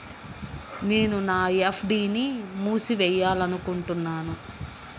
నేను నా ఎఫ్.డీ ని మూసివేయాలనుకుంటున్నాను